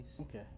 Okay